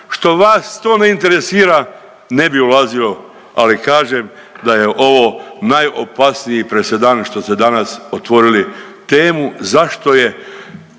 što vas to ne interesira ne bi ulazio, ali kažem da je ovo najopasniji presedan što ste danas otvorili temu zašto je